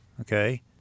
okay